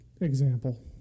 example